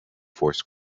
force